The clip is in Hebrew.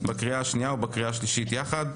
בקריאה השנייה ובקריאה השלישית יחד.